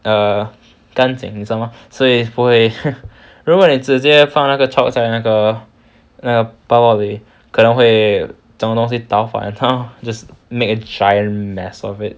err 干净你知道 mah 所以不会如果你直接放那个 chalk 在那个那个包包里可能会这种东西倒翻 just make a giant mess of it